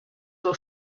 were